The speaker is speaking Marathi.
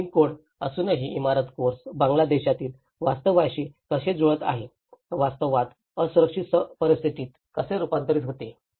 बिल्डिंग कोड असूनही इमारत कोर्स बांगलादेशातील वास्तवाशी कसे जुळत नाही वास्तवात असुरक्षित परिस्थितीत कसे रुपांतर होते